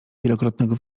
wielokrotnego